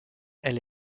elle